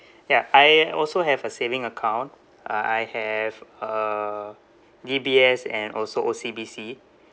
ya I also have a saving account uh I have uh D_B_S and also O_C_B_C